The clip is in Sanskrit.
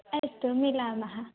अस्तु मिलामः